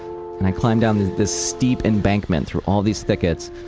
and i climbed down this steep embankment through all this thickets.